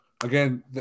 Again